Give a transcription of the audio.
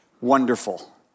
wonderful